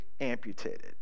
amputated